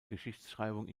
geschichtsschreibung